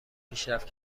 پیشرفت